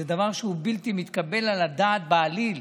זה דבר שהוא בלתי מתקבל על הדעת בעליל.